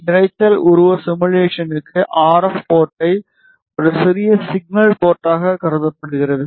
இரைச்சல் உருவ சிமுலேஷனுக்கு ஆர்எப் போர்டை ஒரு சிறிய சிக்னல் போர்ட்டாக கருதப்படுகிறது